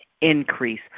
increase